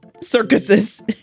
circuses